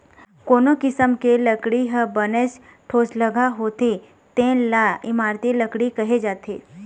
कोनो किसम के लकड़ी ह बनेच ठोसलगहा होथे तेन ल इमारती लकड़ी कहे जाथे